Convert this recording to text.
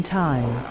time